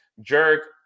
Jerk